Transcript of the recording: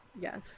yes